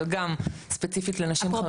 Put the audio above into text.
אבל גם ספציפית לנשים חרדיות.